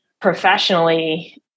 Professionally